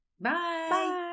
bye